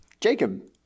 jacob